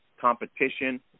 competition